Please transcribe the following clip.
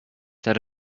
that